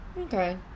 okay